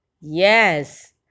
Yes